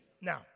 Now